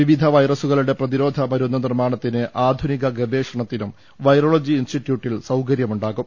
വിവിധ വൈറസുകളുടെ പ്രതി രോധ മരുന്ന് നിർമ്മാണത്തിന് ആധുനിക ഗവേഷണത്തിനും വൈറോളജി ഇൻസ്റ്റിറ്റ്യൂട്ടിൽ സൌകര്യമുണ്ടാകും